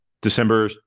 December